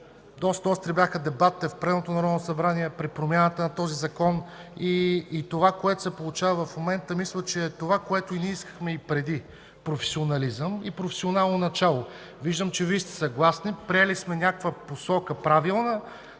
Народно събрание при промяната на този закон. Това, което се получава в момента, мисля, че е това, което искахме и преди – професионализъм, и професионално начало. Виждам, че и Вие сте съгласни. Приели сме някаква посока – правилна.